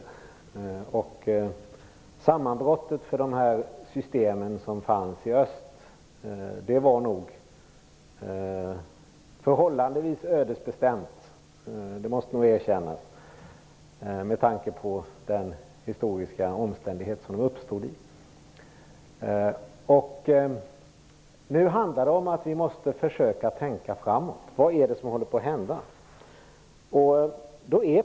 Jag måste nog erkänna att sammanbrottet för de system som fanns i öst var förhållandevis ödesbestämt med tanke på de historiska omständigheter som de uppstod under. Det handlar nu om att vi måste försöka tänka framåt inför vad som håller på att hända.